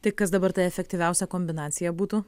tai kas dabar ta efektyviausia kombinacija būtų